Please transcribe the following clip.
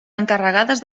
encarregades